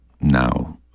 now